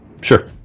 Sure